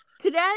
Today